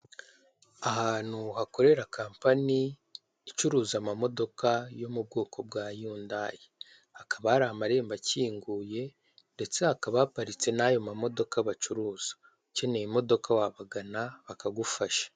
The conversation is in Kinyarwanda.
Ahantu hakorera kampani(company) icuruza ama modoka yo mu bwoko bwa yundayi ,hakaba hari amarembo akinguye ndetse hakaba haparitse amamodoka bacuruza. Ukeneye imodoka wabagana bakagufasha.